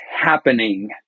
happening